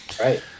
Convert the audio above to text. Right